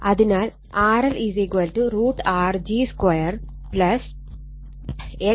അതിനാൽ RL√R g2 x g2 |Zg|